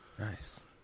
Nice